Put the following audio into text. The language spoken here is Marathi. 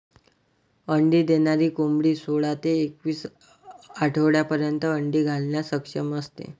अंडी देणारी कोंबडी सोळा ते एकवीस आठवड्यांपर्यंत अंडी घालण्यास सक्षम असते